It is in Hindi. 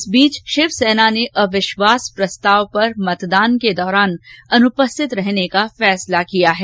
इस बीच शिवसेना ने अविश्वास प्रस्ताव पर मतदान के दौरान अनुपस्थित रहने का फैसला किया है